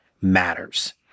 matters